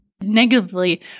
negatively